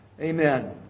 Amen